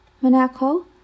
Monaco